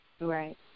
right